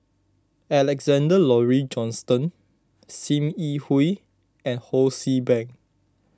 Alexander Laurie Johnston Sim Yi Hui and Ho See Beng